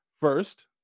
First